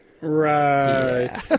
Right